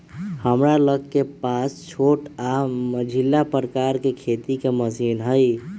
हमरा लग पास छोट आऽ मझिला प्रकार के खेती के मशीन हई